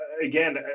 Again